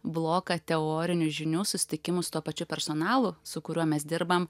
bloką teorinių žinių susitikimų su tuo pačiu personalu su kuriuo mes dirbam